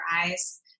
eyes